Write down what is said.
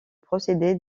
procédé